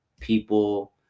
people